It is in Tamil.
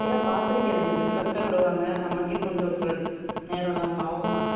நிறையா பார்த்துருக்கேன் நிறையா பேர் கஷ்டப்படுவாங்க நமக்கே கொஞ்சம் ஒருசில நேரமெல்லாம் பாவமாக இருக்கும்